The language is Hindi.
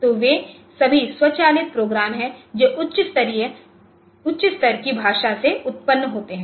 तो वे सभी स्वचालित प्रोग्राम हैं जो उच्च स्तर की भाषा से उत्पन्न होते हैं